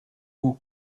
mot